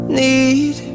need